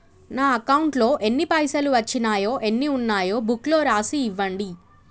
నా అకౌంట్లో ఎన్ని పైసలు వచ్చినాయో ఎన్ని ఉన్నాయో బుక్ లో రాసి ఇవ్వండి?